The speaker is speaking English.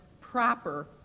proper